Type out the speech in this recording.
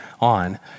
on